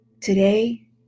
Today